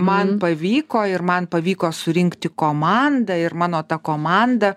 man pavyko ir man pavyko surinkti komandą ir mano ta komanda